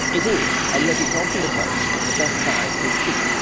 it is, and yet it's often the case that the best science is cheap.